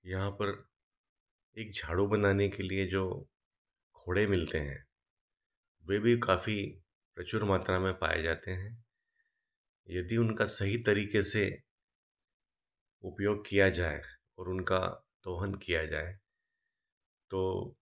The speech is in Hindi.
यहाँ पर एक झाड़ू बनाने के लिए जो खोड़े मिलते हैं वे भी काफी प्रचुर मात्रा में पाए जाते हैं यदि उनका सही तरीके से उपयोग किया जाय उनका दोहन किया जाय तो